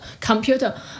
computer